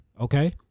Okay